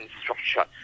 structure